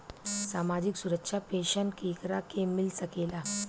सामाजिक सुरक्षा पेंसन केकरा के मिल सकेला?